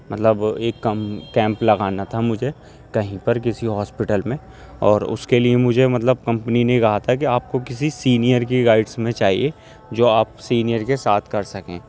مطلب ایک کیمپ لگانا تھا مجھے کہیں پر کسی ہاسپٹل میں اور اس کے لیے مجھے مطلب کمپنی نے کہا تھا کہ آپ کو کسی سینیئر کی گائیڈس میں چاہیے جو آپ سینیئر کے ساتھ کر سکیں